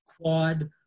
Quad